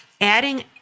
adding